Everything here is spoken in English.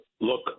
Look